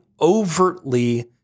overtly